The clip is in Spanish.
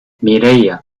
mireia